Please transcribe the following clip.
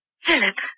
Philip